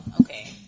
okay